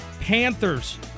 Panthers